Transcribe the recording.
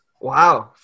Wow